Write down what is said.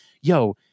Yo